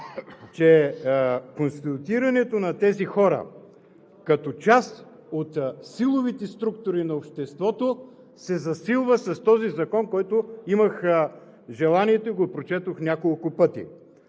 че конституирането на тези хора, като част от силовите структури на обществото, се засилва с този закон, който имах желанието и прочетох няколко пъти,